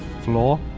floor